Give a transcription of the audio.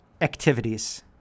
activities